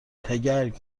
تگرگ